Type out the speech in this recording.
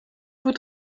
vous